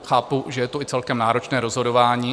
Chápu, že je to i celkem náročné rozhodování.